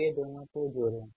अब ये दोनों को जोड़े